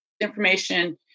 information